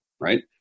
right